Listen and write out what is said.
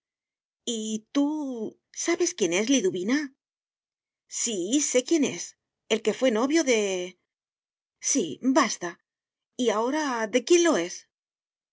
tú sabes quién es liduvina sí sé quién es el que fué novio de sí basta y ahora de quién lo es